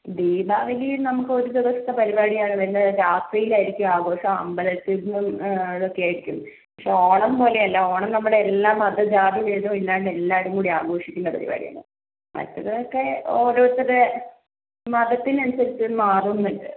ദീപാവലി നമ്മൾക്ക് ഒരു ദിവസത്തെ പരിപാടിയാണ് വരുന്നത് അത് രാത്രിലായിരിക്കും ആഘോഷം അമ്പലത്തിലിപ്പം ഇതൊക്കെ ആയിരിക്കും പക്ഷെ ഓണം പോലെ അല്ല ഓണം നമ്മുടെ എല്ലാ മത ജാതി ഭേദവും ഇല്ലാണ്ട് എല്ലാരും കൂടി ആഘോഷിക്കുന്ന പരിപാടിയാണ് മറ്റെതൊക്കെ ഓരോരുത്തരുടെ മതത്തിന് അനുസരിച്ച് മാറുന്നുണ്ട്